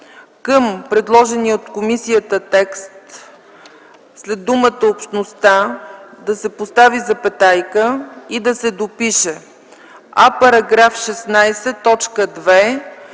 към предложения от комисията текст след думата „общността” да се постави запетая и да се допише „а §